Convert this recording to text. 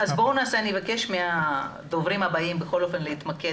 אז אני אבקש מהדוברים הבאים להתמקד